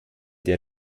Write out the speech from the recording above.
der